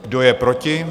Kdo je proti?